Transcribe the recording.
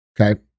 Okay